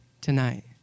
tonight